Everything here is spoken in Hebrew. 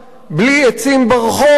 בלי עצים ברחוב,